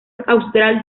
austral